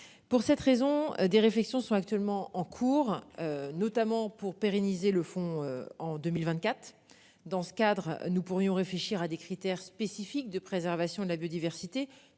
Pour cette raison, des réflexions sont actuellement en cours. Notamment pour pérenniser le fonds en 2024. Dans ce cadre, nous pourrions réfléchir à des critères spécifiques de préservation de la biodiversité